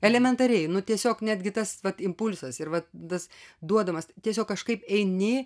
elementariai nu tiesiog netgi tas vat impulsas ir vat tas duodamas tiesiog kažkaip eini